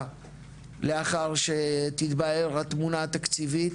לאחר שתתבהר התמונה התקציבית,